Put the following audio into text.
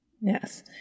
Yes